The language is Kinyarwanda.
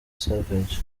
savage